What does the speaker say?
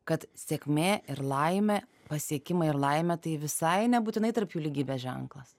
kad sėkmė ir laimė pasiekimai ir laimė tai visai nebūtinai tarp jų lygybės ženklas